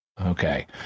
Okay